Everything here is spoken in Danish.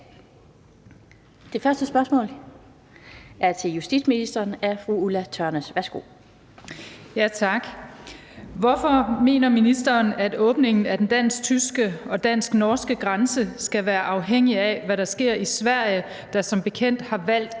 Spm. nr. S 1169 1) Til justitsministeren af: Ulla Tørnæs (V) (medspørger: Eva Kjer Hansen (V)): Hvorfor mener ministeren, at åbningen af den dansk-tyske og dansk-norske grænse skal være afhængig af, hvad der sker i Sverige, der som bekendt har valgt